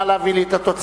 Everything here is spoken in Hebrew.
נא להביא לי את התוצאות.